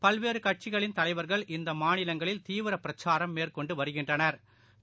பல்வேறுகட்சிகளின் தலைவர்கள் இந்தமாநிலங்களில் தீவிரபிச்சாரம் மேற்கொண்டுவருகின்றனா்